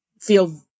feel